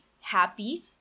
happy